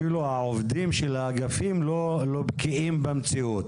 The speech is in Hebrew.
אפילו העובדים של האגפים אינם בקיאים במציאות,